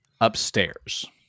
Upstairs